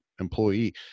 employee